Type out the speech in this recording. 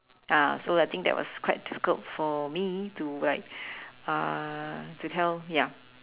ah so I think that was quite difficult for me to like uh to tell ya